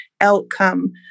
outcome